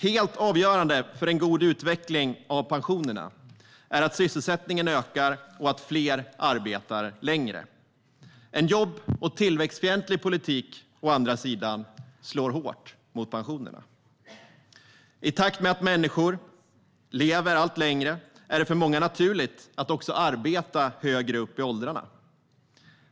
Helt avgörande för en god utveckling av pensionerna är att sysselsättningen ökar och att fler arbetar längre. En jobb och tillväxtfientlig politik, å andra sidan, slår hårt mot pensionerna. I takt med att människor lever allt längre är det för många naturligt att också arbeta högre upp i åldrarna.